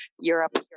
Europe